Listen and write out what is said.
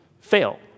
fail